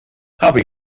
habe